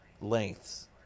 lengths